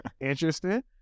interesting